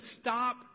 stop